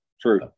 True